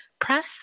Press